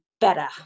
better